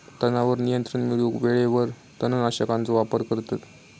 तणावर नियंत्रण मिळवूक वेळेवेळेवर तण नाशकांचो वापर करतत